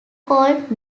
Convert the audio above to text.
called